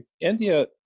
India